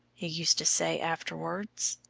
he used to say afterwards.